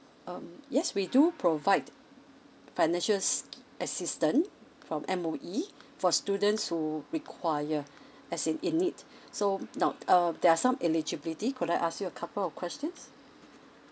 um yes we do provide financial assistance from M_O_E for students who require as in in need so now um there are some eligibility could I ask you a couple of questions